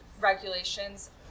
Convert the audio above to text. regulations